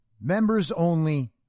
members-only